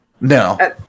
No